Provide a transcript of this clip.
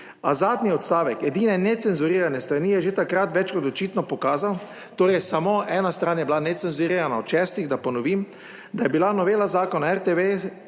A zadnji odstavek edine necenzurirane strani je že takrat več kot očitno pokazal: torej samo ena stran je bila necenzurirana od šestih. Da ponovim, da je bila novela Zakona o RTV